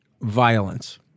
violence